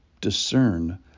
discern